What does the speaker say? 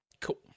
Cool